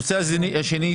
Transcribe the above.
שנית,